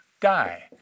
die